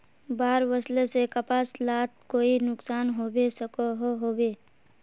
बाढ़ वस्ले से कपास लात कोई नुकसान होबे सकोहो होबे?